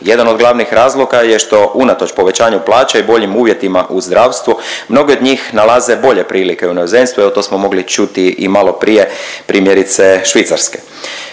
jedan od glavnih razloga je što unatoč povećanju plaća i boljim uvjetima u zdravstvu mnogi od njih nalaze bolje prilike u inozemstvu. Evo to smo mogli čuti i maloprije primjerice Švicarske.